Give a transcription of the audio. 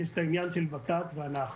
יש את העניין של ות"ת ואנחנו.